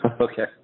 Okay